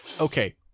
okay